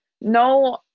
no